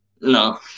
No